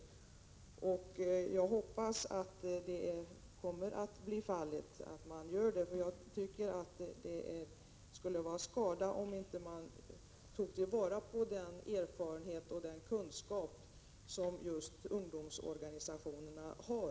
Jag hoppas att det kommer att bli fallet. Jag tycker att det skulle vara skada om man inte tog till vara den erfarenhet och den kunskap som just ungdomsorganisationerna har.